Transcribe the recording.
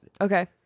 Okay